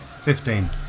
fifteen